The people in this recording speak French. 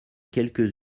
quelques